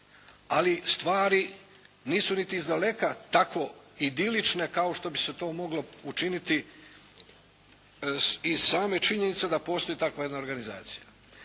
ali stvari nisu niti izdaleka tako idilične kao što bi se to moglo učiniti iz same činjenice da postoji takva jedna organizacija.